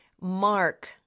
mark